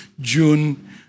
June